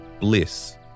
bliss